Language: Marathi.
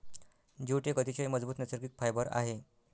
जूट एक अतिशय मजबूत नैसर्गिक फायबर आहे